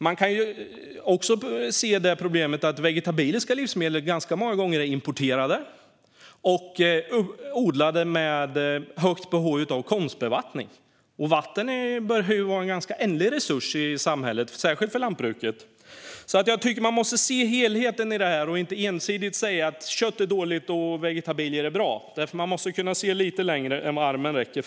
Man kan också se problemet att vegetabiliska livsmedel ganska många gånger är importerade och odlade med stort behov av konstbevattning. Och vatten börjar ju bli en ganska ändlig resurs i samhället, särskilt för lantbruket. Jag tycker alltså att man måste se helheten och inte ensidigt säga att kött är dåligt och vegetabilier bra. Man måste kunna se lite längre än armen räcker.